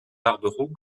barberou